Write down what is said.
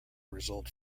result